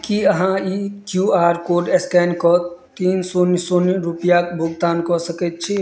की अहाँ ई Q R code scan कऽ तीन शून्य शून्य रुपैआक भुगतान कऽ सकैत छी